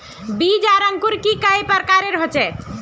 बीज आर अंकूर कई प्रकार होचे?